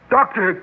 Doctor